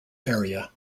area